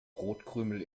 brotkrümel